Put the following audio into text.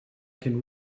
can